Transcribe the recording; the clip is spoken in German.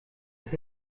das